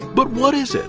but what is it?